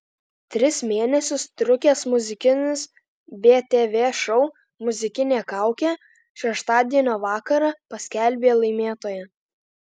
tris mėnesius trukęs muzikinis btv šou muzikinė kaukė šeštadienio vakarą paskelbė laimėtoją